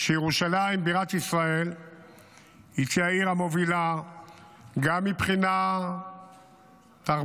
שירושלים בירת ישראל תהיה העיר המובילה גם מבחינה תרבותית,